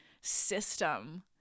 system